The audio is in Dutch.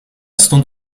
stond